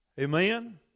Amen